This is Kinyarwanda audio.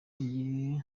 agiye